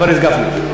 חבר הכנסת גפני.